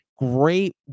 Great